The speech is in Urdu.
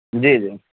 جی جی